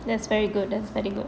that's very good that's very good